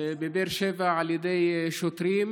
בבאר שבע על ידי שוטרים.